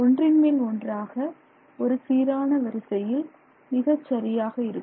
ஒன்றின்மேல் ஒன்றாக ஒரு சீரான வரிசையில் மிகச்சரியாக இருக்கும்